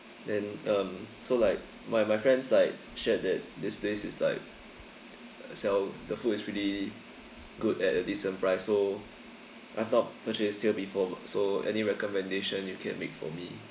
and um so like my my friends like shared that this place is like sell the food is really good at a decent price so I have not purchased here before so any recommendation you can make for me